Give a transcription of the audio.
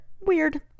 Weird